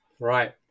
Right